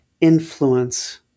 influence